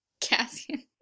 Cassian